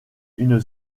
une